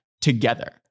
together